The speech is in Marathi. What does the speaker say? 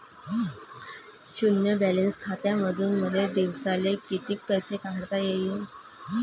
शुन्य बॅलन्स खात्यामंधून मले दिवसाले कितीक पैसे काढता येईन?